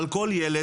על כל ילד,